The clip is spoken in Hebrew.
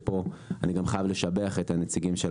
שאני חייב לשבח אותם,